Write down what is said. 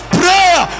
prayer